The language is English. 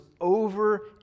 over